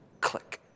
Click